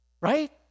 Right